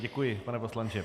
Děkuji, pane poslanče.